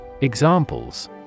Examples